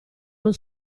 non